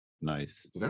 nice